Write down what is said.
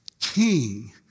king